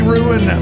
Ruin